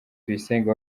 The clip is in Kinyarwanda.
tuyisenge